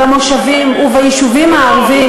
במושבים וביישובים הערביים,